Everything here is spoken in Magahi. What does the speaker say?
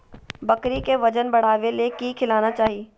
बकरी के वजन बढ़ावे ले की खिलाना चाही?